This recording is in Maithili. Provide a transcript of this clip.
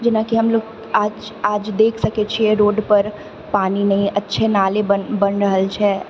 जेनाकि हमलोग आज आज देखि सकैत छियै रोडपर पानी नहि अच्छे नाले बनि बनि रहल छै